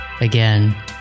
Again